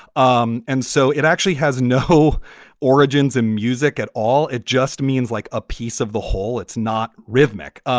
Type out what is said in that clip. um and so it actually has no origins in music at all. it just means like a piece of the whole it's not rhythmic, um